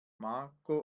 marco